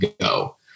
go